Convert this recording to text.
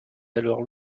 alors